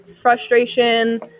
frustration